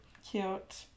Cute